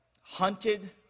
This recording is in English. hunted